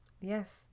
yes